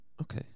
Okay